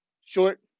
Short